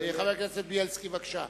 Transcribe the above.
חבר הכנסת בילסקי, בבקשה.